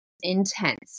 intense